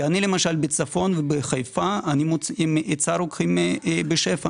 בצפון ובחיפה, למשל, יש היצע רוקחים בשפע.